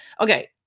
Okay